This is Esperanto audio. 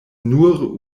nur